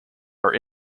are